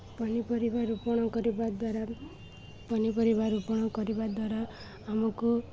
ପନିପରିବା ରୋପଣ କରିବା ଦ୍ୱାରା ପନିପରିବା ରୋପଣ କରିବା ଦ୍ୱାରା ଆମକୁ